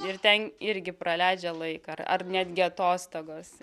ir ten irgi praleidžia laiką ar ar netgi atostogos